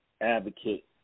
advocate